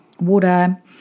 water